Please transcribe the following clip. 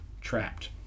trapped